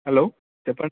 hello చెప్పండి